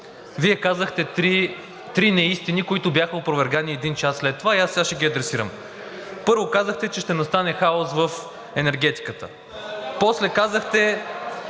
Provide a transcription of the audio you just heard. Вие казахте три неистини, които бяха опровергани един час след това, и аз сега ще ги адресирам. Първо, казахте, че ще настане хаос в енергетиката. После казахте,